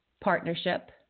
partnership